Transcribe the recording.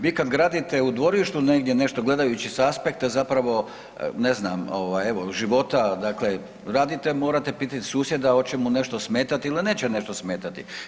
Vi kad gradite u dvorištu negdje nešto, gledajući s aspekta zapravo, ne znam, evo, života, dakle, radite, morate pitati susjeda oće mu nešto smetati ili neće nešto smetati.